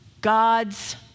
God's